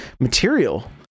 material